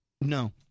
no